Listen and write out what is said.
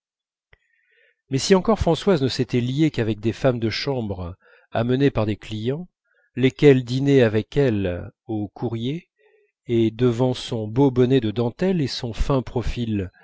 mais si encore françoise ne s'était liée qu'avec des femmes de chambre amenées par des clients lesquelles dînaient avec elle aux courriers et devant son beau bonnet de dentelles et son fin profil